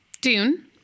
Dune